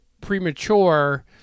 premature